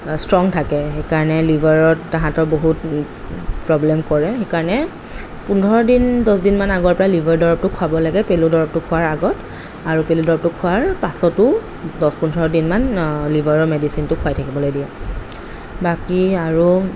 strong থাকে সেইকাৰণে লিভাৰত তাহাঁতৰ বহুত প্ৰব্লেম কৰে সেইকাৰণে পোন্ধৰ দিন দহদিনমান আগৰপৰাই লিভাৰৰ দৰবটো খাব লাগে পেলু দৰবটো খোৱাৰ আগত আৰু পেলু দৰবটো খোৱাৰ পাছতো দহ পোন্ধৰদিনমান লিভাৰৰ মেডিচিনটো খোৱাই থাকিবলৈ দিয়ে বাকী আৰু